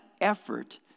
effort